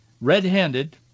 Red-Handed